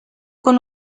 con